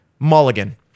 Mulligan